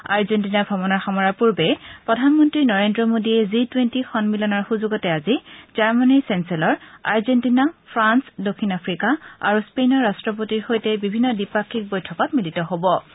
Argentina ভ্ৰমণ সামৰাৰ পূৰ্বে প্ৰধানমন্ত্ৰী নৰেন্দ্ৰ মোদীয়ে জি টুৰেণ্টী সন্মিলনৰ সুযোগতে আজি জাৰ্মনীৰ চেঞ্চেলৰ আৰ্জেণ্টিনা ফ্ৰাল দক্ষিণ আফ্ৰিকা আৰু স্পেইনৰ ৰট্টপতিৰ সৈতে বিভিন্ন দ্বিপাক্ষিক বৈঠকত মিলিত হ'ব